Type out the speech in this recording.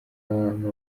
abantu